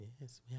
Yes